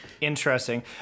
interesting